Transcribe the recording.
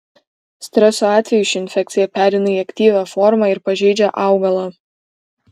streso atveju ši infekcija pereina į aktyvią formą ir pažeidžia augalą